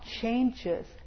changes